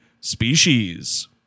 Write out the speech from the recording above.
species